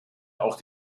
auch